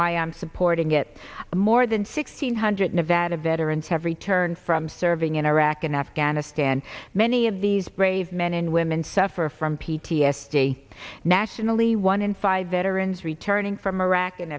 why i'm supporting it more than sixteen hundred nevada veterans have returned from serving in iraq and afghanistan many of these brave men and women suffer from p t s d nationally one in five veterans returning from iraq and